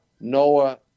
Noah